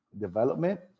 development